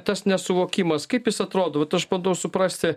tas nesuvokimas kaip jis atrodo vat aš bandau suprasti